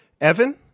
Evan